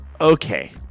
Okay